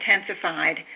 intensified